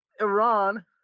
Iran